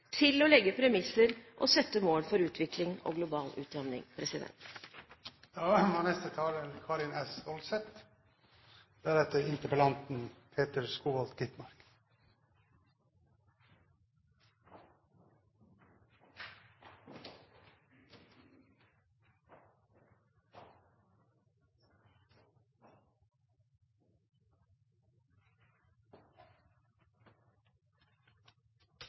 til å legge premisser og sette mål for utvikling og global utjamning. Det er med stor interesse jeg har lyttet til både interpellanten